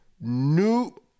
new